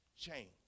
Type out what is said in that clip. change